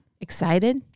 Excited